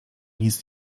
nic